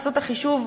תעשו חישוב,